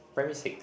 primary six